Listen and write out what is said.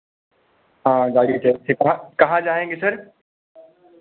हाँ गाड़ी कहाँ जाएंगे सर